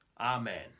Amen